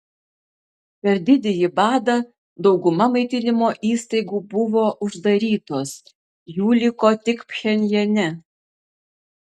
per didįjį badą dauguma maitinimo įstaigų buvo uždarytos jų liko tik pchenjane